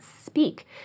speak